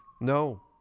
No